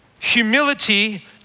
Humility